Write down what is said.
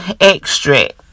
extract